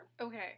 okay